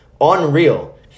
unreal